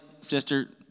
Sister